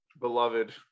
beloved